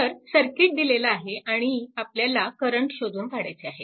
तर सर्किट दिलेले आहे आणि आपल्याला करंट शोधून काढायचे आहेत